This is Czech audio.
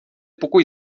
pokoj